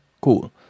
Cool